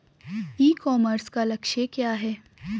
ई commerce का लक्ष्य क्या है?